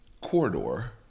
corridor